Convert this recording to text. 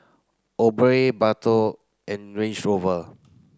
Obey Bardot and Range Rover